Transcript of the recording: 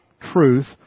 truth